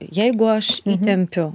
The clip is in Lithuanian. jeigu aš įtempiu